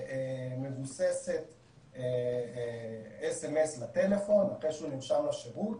מבוססת אס-אם-אס לטלפון, אחרי שהוא נרשם לשירות,